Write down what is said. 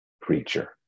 creature